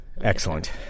excellent